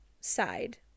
side